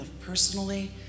personally